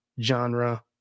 genre